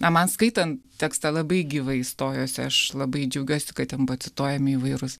na man skaitant tekstą labai gyvai stojosi aš labai džiaugiuosi kad ten buvo cituojami įvairūs